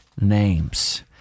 names